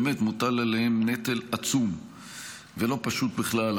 באמת מוטל עליהם נטל עצום ולא פשוט בכלל.